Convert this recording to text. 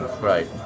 right